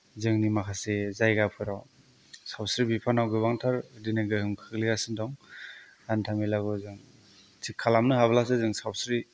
जोंनि माखासे जायगाफोराव सावस्रि बिफानाव गोबांथार बिदिनो गोहोम खोख्लैगासिनो दं हान्थामेलाखौ जों थिग खालामनो हाब्लासो जों सावस्रि